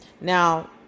now